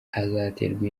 azaterwa